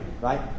right